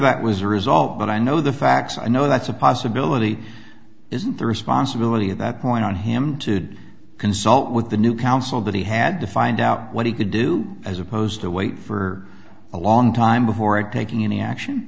that was a result but i know the facts i know that's a possibility isn't the responsibility at that point on him to consult with the new counsel that he had to find out what he could do as opposed to wait for a long time before and taking any action